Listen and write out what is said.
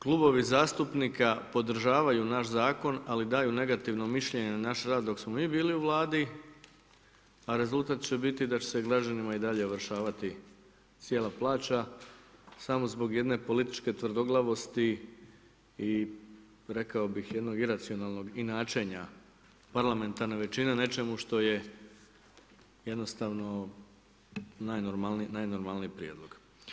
Klubovi zastupnika podržavaju naš zakon, ali daju negativno mišljenje na naš rad dok smo mi bili u Vladi, a rezultat će biti da će se građanima i dalje ovršavati cijela plaća samo zbog jedne političke tvrdoglavosti i rekao bih, jednog iracionalnog inačenja parlamentarne većine nečemu što je jednostavno najnormalniji prijedlog.